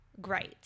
Great